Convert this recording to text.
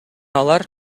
алар